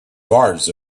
stars